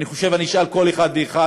אני חושב שאם אני אשאל כל אחד ואחד,